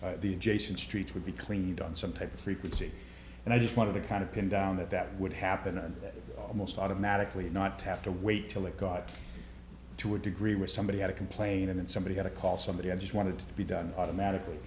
body the adjacent streets would be cleaned on some type of frequency and i just wanted to kind of pin down that that would happen and almost automatically not to have to wait till it got to a degree where somebody had a complain and somebody had to call somebody i just wanted to be done automatically